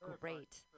great